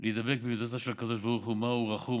להידבק במידותיו של הקדוש ברוך הוא: מה הוא רחום,